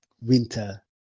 winter